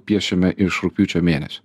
piešiame iš rugpjūčio mėnesio